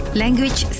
language